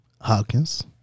Hawkins